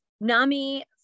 Nami